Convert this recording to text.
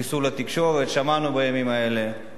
חיסול התקשורת, שמענו בימים האלה,